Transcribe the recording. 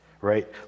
right